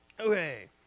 Okay